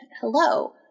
hello